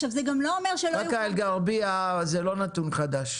זה גם לא אומר ש --- באקה אל גרביה זה לא נתון חדש.